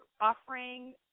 offering